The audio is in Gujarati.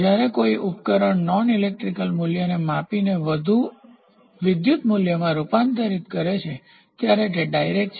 જ્યારે કોઈ ઉપકરણ નોન ઇલેક્ટ્રિકલ મૂલ્યને માપીને વિદ્યુત મૂલ્યમાં રૂપાંતરિત કરે છે ત્યારે તે ડાયરેક્ટ છે